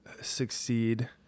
succeed